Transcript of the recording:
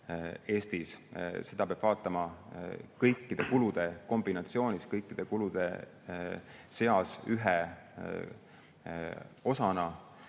Eestis. Seda peab vaatama kõikide kulude kombinatsioonis, kõikide kulude seas ühe osana